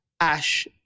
Ash